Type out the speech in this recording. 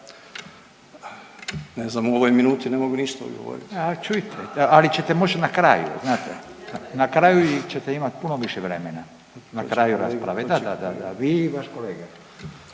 ne znam u ovoj minuti ne mogu ništa odgovorit. **Radin, Furio (Nezavisni)** A čujte da, ali ćete moć na kraju znate, na kraju ćete imat puno više vremena, na kraju rasprave. Da, da, da, da, vi i vaš kolega.